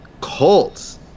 Colts